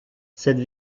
cette